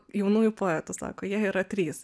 jaunųjų poetų sako jie yra trys